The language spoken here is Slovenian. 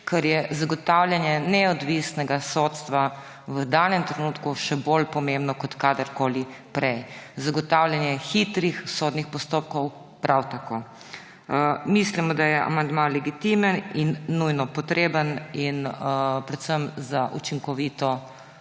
ker je zagotavljanje neodvisnega sodstva v danem trenutku še bolj pomembno kot kadarkoli prej, zagotavljanje hitrih sodnih postopkov prav tako. Mislimo, da je amandma legitimen in nujno potreben predvsem za učinkovito